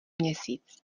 měsíc